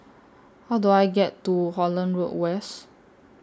How Do I get to Holland Road West